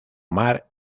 mar